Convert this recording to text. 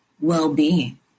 well-being